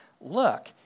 look